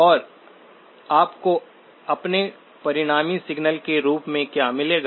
और आपको अपने परिणामी सिग्नल के रूप में क्या मिलेगा